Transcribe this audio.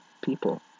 people